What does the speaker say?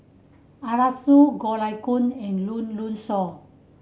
Arasu Goh Lay Kuan and Shaw